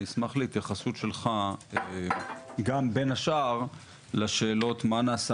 אני אשמח להתייחסות שלך גם בין השאר לשאלות מה נעשה